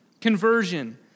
conversion